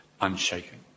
unshaken